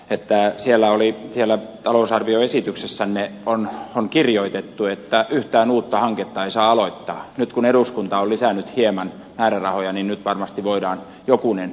pitää siellä oli siellä talousarvioesityksessänne on kirjoitettu että yhtään uutta hanketta ei saa aloittaa nyt kun eduskunta oli saanut hieman määrärahoja niin nyt varmasti voidaan jokunen